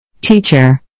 Teacher